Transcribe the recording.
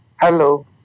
Hello